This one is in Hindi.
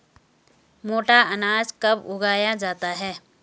मोटा अनाज कब उगाया जाता है?